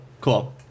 cool